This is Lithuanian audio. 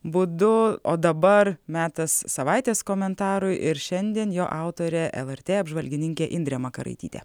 būdu o dabar metas savaitės komentarui ir šiandien jo autorė lrt apžvalgininkė indrė makaraitytė